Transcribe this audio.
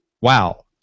wow